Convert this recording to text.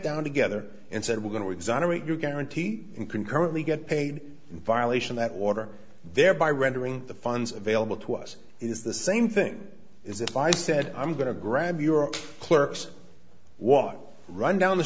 down together and said we're going to exonerate you guarantee in concurrently get paid in violation that order thereby rendering the funds available to us is the same thing is if i said i'm going to grab your clerks walk run down the